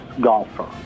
golfer